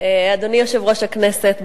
אדוני יושב-ראש הכנסת,